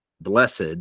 blessed